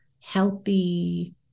healthy